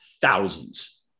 thousands